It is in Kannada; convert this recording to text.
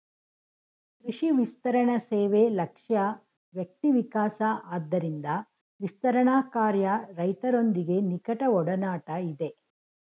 ಕೃಷಿ ವಿಸ್ತರಣಸೇವೆ ಲಕ್ಷ್ಯ ವ್ಯಕ್ತಿವಿಕಾಸ ಆದ್ದರಿಂದ ವಿಸ್ತರಣಾಕಾರ್ಯ ರೈತರೊಂದಿಗೆ ನಿಕಟಒಡನಾಟ ಇದೆ